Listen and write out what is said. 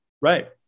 Right